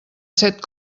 set